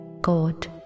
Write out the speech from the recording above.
God